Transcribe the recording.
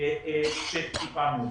שטיפלנו בהם.